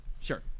Sure